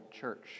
church